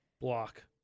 Block